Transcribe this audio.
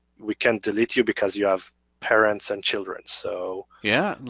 we can't delete you because you have parents and children. so yeah, and